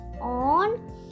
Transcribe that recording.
on